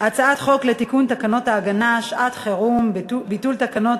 הצעת חוק לתיקון תקנות ההגנה (שעת-חירום) (ביטול תקנות),